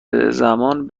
زمان